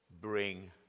bring